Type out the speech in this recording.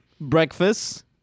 breakfast